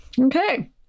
Okay